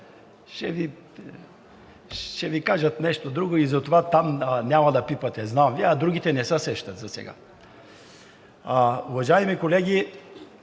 Ще Ви кажат нещо друго и затова там няма да пипате, знам, Вие, а другите не се сещат засега. Уважаеми колеги,